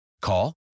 Call